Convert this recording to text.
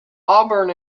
auburn